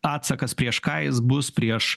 atsakas prieš ką jis bus prieš